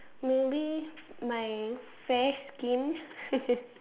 maybe my fair skin